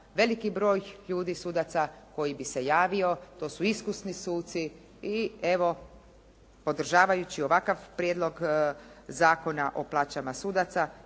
veliki broj ljudi sudaca koji bi se javio. To su iskusni suci i evo, podržavajući ovakav Prijedlog zakona o plaćama sudaca